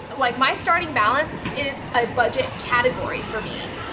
like my starting balance is a budget category, for me.